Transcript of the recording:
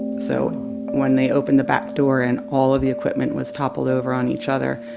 so when they opened the back door and all of the equipment was toppled over on each other,